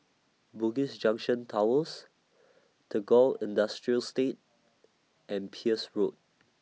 Bugis Junction Towers Tagore Industrial Estate and Peirce Road